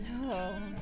No